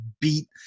beat